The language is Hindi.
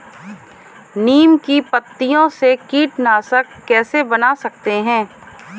नीम की पत्तियों से कीटनाशक कैसे बना सकते हैं?